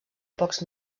pocs